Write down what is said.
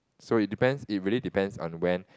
so it depends it really depends on when